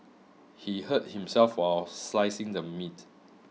he hurt himself while slicing the meat